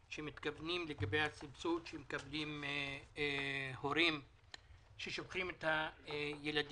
שמתכוונים לגבי הסבסוד שמקבלים הורים ששולחים את ההורים